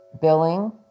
billing